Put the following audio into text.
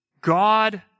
God